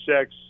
six